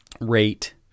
rate